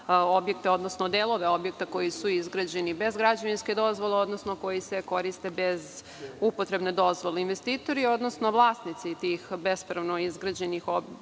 objekte, odnosno delove objekta koji su izgrađeni bez građevinske dozvole, odnosno koji se koriste bez upotrebne dozvole. Investitori, odnosno vlasnici tih bespravno izgrađenih objekata,